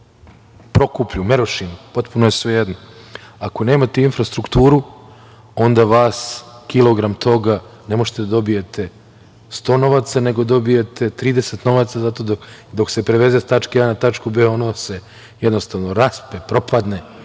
Prokuplju, Merošini, potpuno je svejedno, ako nemate infrastrukturu, onda vas kilogram toga ne možete da dobijete 100 novaca, nego dobijete 30 novaca. Dok se preveze sa tačka A na tačku B, ono vam se jednostavno raspe, propadne,